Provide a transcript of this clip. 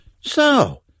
So